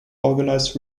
organized